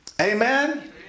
Amen